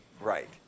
Right